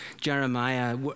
Jeremiah